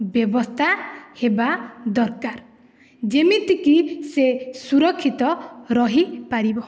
ବ୍ୟବସ୍ଥା ହେବା ଦରକାର୍ ଯିମିତି କି ସେ ସୁରକ୍ଷିତ ରହିପାରିବ